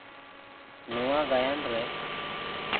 ᱱᱚᱣᱟ ᱜᱟᱭᱟᱱ ᱨᱮ